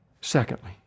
Secondly